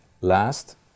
last